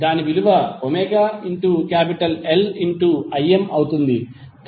దాని విలువ ωLIm అవుతుంది